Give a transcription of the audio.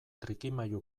trikimailu